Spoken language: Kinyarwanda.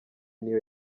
niyo